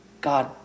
God